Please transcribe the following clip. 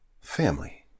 family